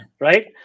Right